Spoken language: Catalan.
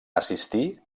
assistir